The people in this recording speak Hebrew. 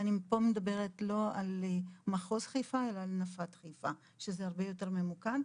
אני לא מדברת על מחוז חיפה אלא על נפת חיפה שזה הרבה יותר ממוקד.